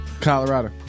Colorado